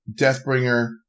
Deathbringer